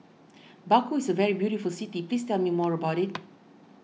Baku is a very beautiful city please tell me more about it